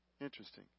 Interesting